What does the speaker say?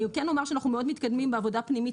אני כן אומר שאנחנו מאוד מתקדמים בעבודה פנימית